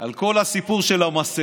על כל הסיפור של המסכות,